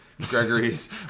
Gregory's